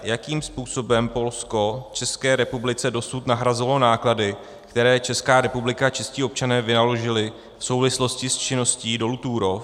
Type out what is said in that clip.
Jakým způsobem Polsko České republice dosud nahrazovalo náklady, které Česká republika a čeští občané vynaložili v souvislosti s činností dolu Turów?